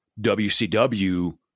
WCW